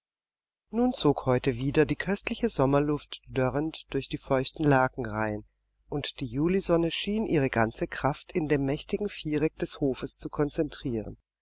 nun zog heute wieder die köstliche sommerluft dörrend durch die feuchten lakenreihen und die julisonne schien ihre ganze kraft in dem mächtigen viereck des hofes zu konzentrieren